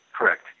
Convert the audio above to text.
Correct